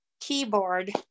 keyboard